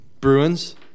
Bruins